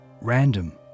random